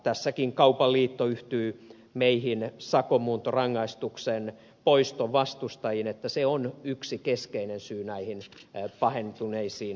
tässäkin kaupan liitto yhtyy meihin sakkomuuntorangaistuksen poiston vastustajiin että se on yksi keskeinen syy näihin pahentuneisiin lukuihin